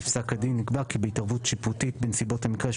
בפסק הדין נקבע כי בהתערבות שיפוטית בנסיבות המקרה יש